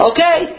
Okay